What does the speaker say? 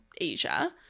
Asia